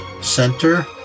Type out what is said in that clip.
center